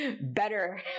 better